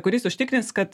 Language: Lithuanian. kuris užtikrins kad